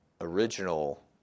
original